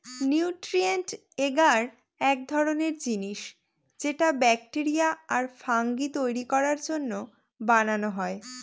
nutrient এগার এক ধরনের জিনিস যেটা ব্যাকটেরিয়া আর ফাঙ্গি তৈরী করার জন্য বানানো হয়